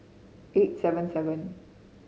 eight seven seven